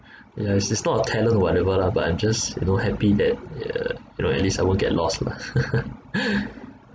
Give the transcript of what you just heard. ya it's it's not a talent or whatever lah but I'm just you know happy that ya you know at least I won't get lost lah